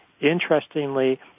Interestingly